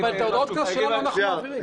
אבל את הודעות הקנס שלנו אנחנו מעבירים.